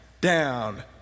down